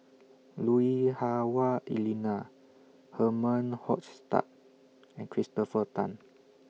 Lui Hah Wah Elena Herman Hochstadt and Christopher Tan